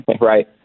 Right